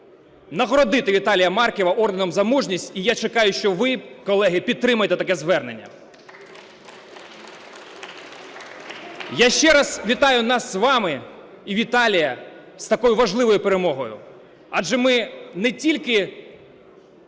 нагородити Віталія Марківа орденом "За мужність", і я чекаю, що ви, колеги, підтримаєте таке звернення. (Оплески) Я ще раз вітаю нас з вами і Віталія з такою важливою перемогою. Адже ми не тільки